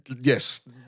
Yes